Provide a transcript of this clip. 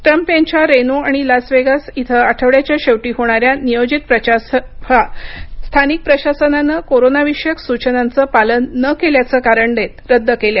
Trump यांच्या Reno आणि Las Vegas इथं आठवड्याच्या शेवटी होणाऱ्या नियोजित प्रचारसभा स्थानिक प्रशासनानं कोरोनाविषयक सूचनांचं पालन न केल्याचं कारण देत रद्द केल्या